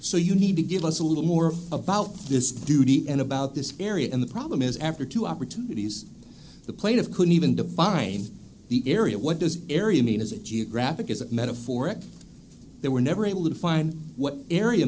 so you need to give us a little more about this duty and about this area and the problem is after two opportunities the plate of couldn't even define the area what does area mean is it geographic is it metaphoric they were never able to define what area